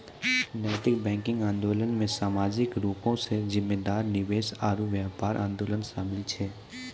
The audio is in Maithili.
नैतिक बैंकिंग आंदोलनो मे समाजिक रूपो से जिम्मेदार निवेश आरु व्यापार आंदोलन शामिल छै